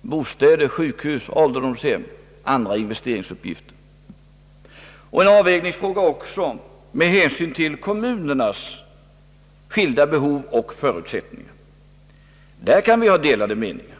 bostäder, sjukhus, ålderdomshem och andra investeringsuppgifter och även en avvägningsfråga med hänsyn till kommunernas skilda behov och förutsättningar. Där kan vi ha delade meningar.